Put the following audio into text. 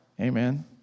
Amen